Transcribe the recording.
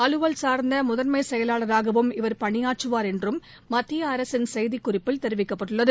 அலுவல் சார்ந்த முதன்மை செயலாளராகவும் இவர் பணியாற்றுவார் என்றும் மத்திய அரசின் செய்திக் குறிப்பில் தெரிவிக்கப்பட்டுள்ளது